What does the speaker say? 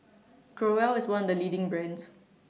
Growell IS one of The leading brands